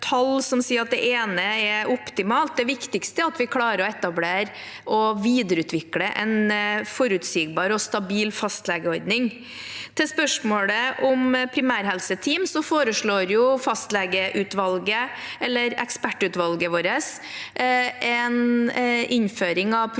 det ene er optimalt; det viktigste er at vi klarer å etablere og videreutvikle en forutsigbar og stabil fastlegeordning. Til spørsmålet om primærhelseteam foreslår ekspertutvalget vårt en innføring av